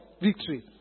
victory